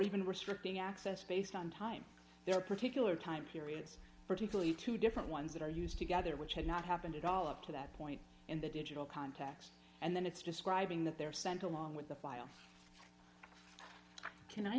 even restricting access based on time there are particular time periods particularly two different ones that are used together which had not happened at all up to that point in the digital context and then it's describing that they're sent along with the file can i